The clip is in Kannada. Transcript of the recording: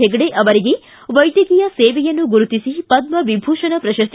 ಹೆಡ್ಡೆ ಅವರಿಗೆ ವೈದ್ಯಕೀಯ ಸೇವೆಯನ್ನು ಗುರುತಿಸಿ ಪದ್ದವಿಭೂಷಣ ಪ್ರಶಸ್ತಿ